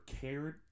cared